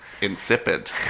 Insipid